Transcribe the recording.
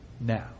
now